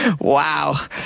Wow